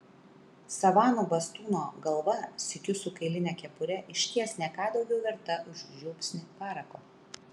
savanų bastūno galva sykiu su kailine kepure išties ne ką daugiau verta už žiupsnį parako